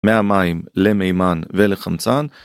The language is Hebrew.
מהמים למימן ולחמצן